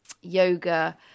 yoga